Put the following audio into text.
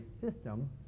system